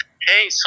Hey